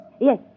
Yes